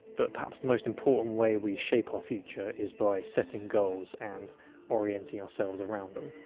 but perhaps the most important way we shape our future is by setting goals and orienting ourselves around them.